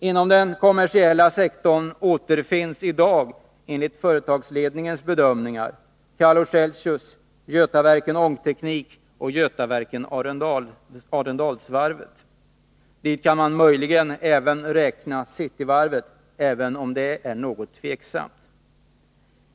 Inom den kommersiella sektorn återfinns i dag enligt företagsledningens bedömningar Calor-Celsius, Götaverken Ångteknik och Götaverken Arendalsvarvet. Dit kan möjligen även räknas Cityvarvet, även om det är något tveksamt.